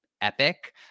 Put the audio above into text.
Epic